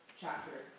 chapter